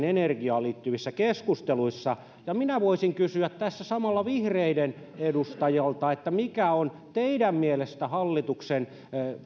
energiaan liittyvissä keskusteluissa ja minä voisin kysyä tässä samalla vihreiden edustajilta mikä on teidän mielestänne hallituksen